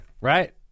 right